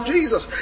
Jesus